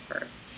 first